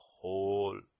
whole